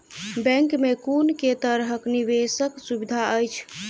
Bank मे कुन केँ तरहक निवेश कऽ सुविधा अछि?